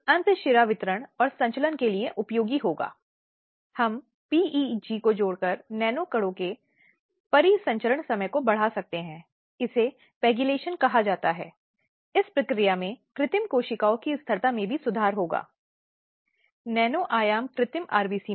इस चित्र में हमने हिंसा या लिंग हिंसा के कुछ रूपों को इंगित करने की कोशिश की है जो कि अपराध है